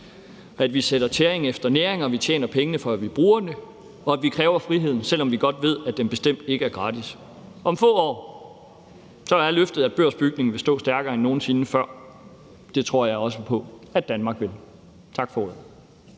at vi sætter tæring efter næring og vi tjener pengene, før vi bruger dem, og at vi kræver friheden, selv om vi godt ved, at den bestemt ikke er gratis. Om få år er løftet at børsbygningen vil stå stærkere end nogen sinde før. Det tror jeg også på at Danmark vil. Tak for ordet.